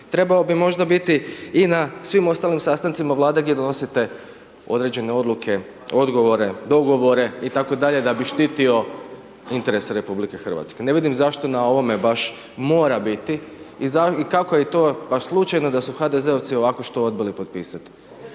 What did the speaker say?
trebao bi možda biti i na svim ostalim sastancima Vlade gdje donosite određene odluke, odgovore, dogovore itd. da bi štitio interese RH. Ne vidim zašto na ovome baš mora biti i kako je to baš slučajno da su HDZ-ovci ovako što odbili potpisati.